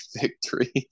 victory